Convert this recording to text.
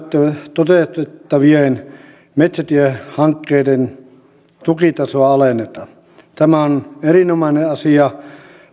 toteutettavien metsätiehankkeiden tukitasoa alenneta tämä on erinomainen asia